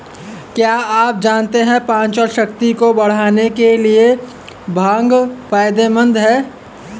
क्या आप जानते है पाचनशक्ति को बढ़ाने के लिए भांग फायदेमंद है?